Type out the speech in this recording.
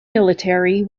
military